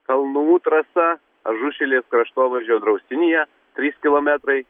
kalnų trasa ažušilės kraštovaizdžio draustinyje trys kilometrai